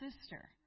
sister